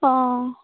অঁ